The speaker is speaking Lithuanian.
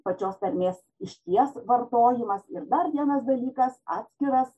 pačios tarmės išties vartojimas ir dar vienas dalykas atskiras